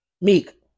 Meek